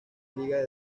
liga